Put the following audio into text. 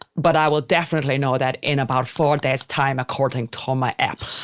but i will definitely know that in about four days time, according to um my app.